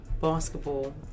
basketball